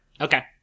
Okay